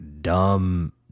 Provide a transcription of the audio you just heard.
dumb